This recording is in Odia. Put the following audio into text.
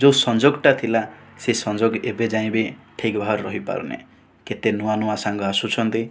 ଯେଉ ସଂଯୋଗଟା ଥିଲା ସେହି ସଂଯୋଗଟା ଏବେ ଯାଏ ବି ଠିକ ଭାବରେ ରହିପାରୁନାହିଁ କେତେ ନୂଆ ନୂଆ ସାଙ୍ଗ ଆସୁଛନ୍ତି